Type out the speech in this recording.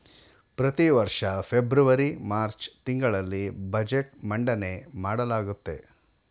ಪ್ರತಿವರ್ಷ February March ತಿಂಗಳಲ್ಲಿ budget ಮಂಡನೆ ಮಾಡಲಾಗುತ್ತೆ